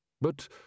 But